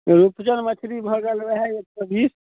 रुपचन मछरी भऽ गेल ओएह एक सए बीस